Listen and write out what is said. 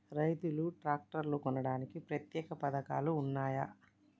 రైతులు ట్రాక్టర్లు కొనడానికి ప్రత్యేక పథకాలు ఉన్నయా?